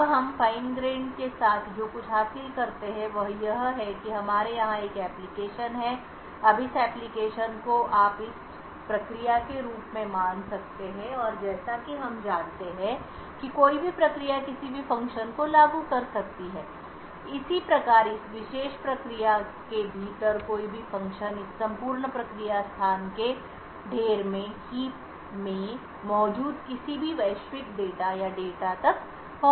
अब हम fine grained के साथ जो कुछ हासिल करते हैं वह यह है कि हमारे यहां एक एप्लिकेशन है अब इस एप्लिकेशन को आप इस प्रक्रिया के रूप में मान सकते हैं और जैसा कि हम जानते हैं कि कोई भी प्रक्रिया किसी भी फ़ंक्शन को लागू कर सकती है इसी प्रकार इस विशेष प्रक्रिया के भीतर कोई भी फ़ंक्शन इस संपूर्ण प्रक्रिया स्थान के ढेर में मौजूद किसी भी वैश्विक डेटा या डेटा तक पहुंच सकता है